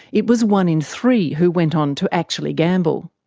it was one in three who went on to actually gamble.